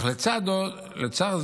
אך לצד זאת